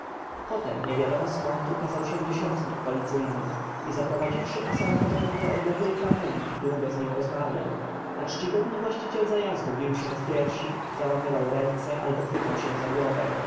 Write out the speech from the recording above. potem niewiadomo skąd ukazał się dziesiętnik policyjny i zaprowadziwszy asarhadona do odległej framugi długo z nim rozmawiał a czcigodny właściciel zajazdu bił się w piersi załamywał ręce albo chwytał się za głowę